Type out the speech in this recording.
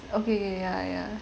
okay okay ya ya